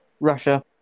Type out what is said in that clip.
Russia